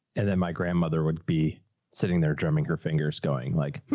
and then my grandmother would be sitting there drumming her fingers going like,